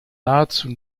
nahezu